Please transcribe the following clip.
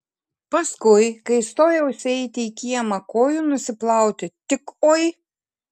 paskui kai stojausi eiti į kiemą kojų nusiplauti tik oi